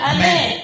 Amen